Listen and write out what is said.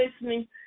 listening